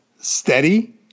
steady